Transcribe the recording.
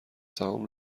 سهام